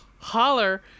Holler